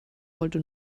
wollte